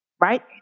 right